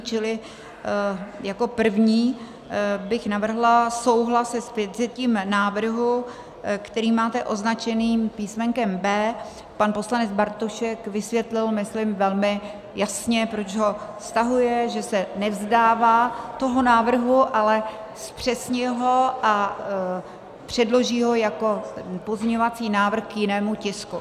Čili jako první bych navrhla souhlasit se zpětvzetím návrhu, který máte označený písmenkem B. Pan poslanec Bartošek vysvětlil, myslím, velmi jasně, proč ho stahuje, že se nevzdává toho návrhu, ale zpřesňuje ho a předloží ho jako pozměňovací návrh k jinému tisku.